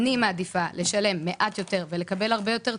אני מעדיפה לשלם מעט יותר ולקבל הרבה יותר תשואה.